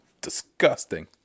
disgusting